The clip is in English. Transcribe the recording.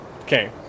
Okay